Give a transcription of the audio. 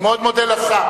אני מאוד מודה לשר.